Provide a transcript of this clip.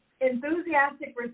enthusiastic